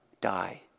die